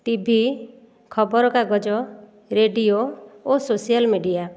TV ଖବରକାଗଜ radio ଓ social media